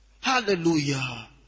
Hallelujah